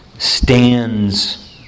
stands